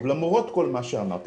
למרות כל מה שאמרתי,